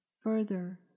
Further